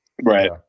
Right